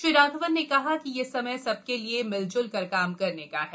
श्री राघवन ने कहा कि यह समय सबके लिए मिलजुल कर काम करने का है